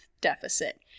deficit